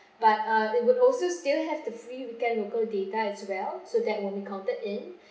but uh it will also still have the free weekend local data as well so that won't be counted in